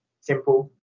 simple